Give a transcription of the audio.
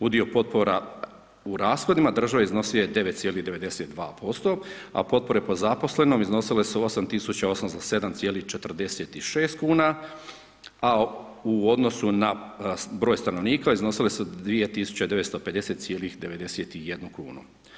Udio potpora u rashodima države iznosio je 9,92%, a potpore po zaposlenom iznosile su 8.807,46 kuna, a u odnosu na broj stanovnika iznosile su 2.950,91 kunu.